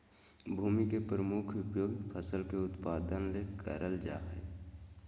भूमि के प्रमुख उपयोग फसल के उत्पादन ले करल जा हइ